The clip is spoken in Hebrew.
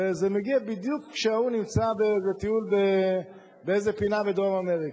וזה מגיע בדיוק כשההוא נמצא בטיול באיזו פינה בדרום-אמריקה,